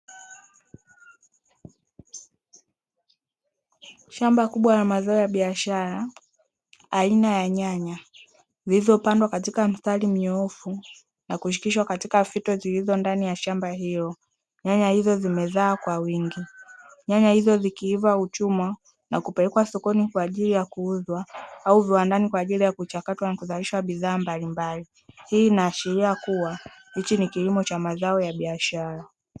Shamba kubwa la mazao ya biashara aina ya nyanya zilizopandwa katika mstari mnyoofu na kushikishwa katika fito zilizo ndani ya shamba hilo. Nyanya hizo zimezaa kwa wingi, nyanya hizo zikiiva huchumwa na kupelekwa sokoni kwa ajili ya kuuzwa au viwandani kwa ajili ya kuchakatwa na kuzalisha bidhaa mbalimbali. Hii inaashiria kuwa hichi ni kilimo cha mazao ya biashara.